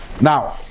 Now